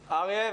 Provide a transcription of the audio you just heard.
אריה,